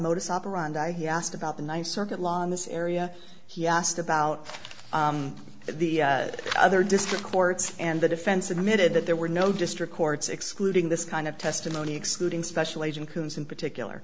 modus operandi he asked about the ninth circuit law in this area he asked about the other district courts and the defense admitted that there were no district courts excluding this kind of testimony excluding special agent coombs in particular